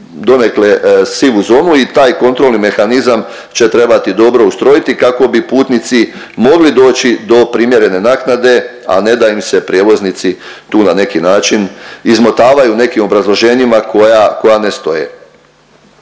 donekle sivu zonu i taj kontrolni mehanizam će trebati dobro ustrojiti kao bi putnici mogli doći do primjerene naknade, a ne da im se prijevoznici tu na neki način izmotavaju nekim obrazloženjima koja, koja